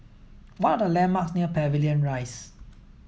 what are the landmarks near Pavilion Rise